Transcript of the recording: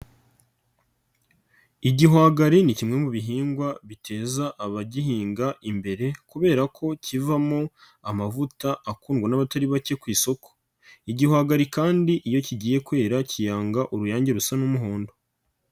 Igihwagari ni kimwe mu bihingwa biteza abagihinga imbere kubera ko kivamo amavuta akundwa n'abatari bake ku isoko, igihwagari kandi iyo kigiye kwera kiyanga uruyange rusa n'umuhondo.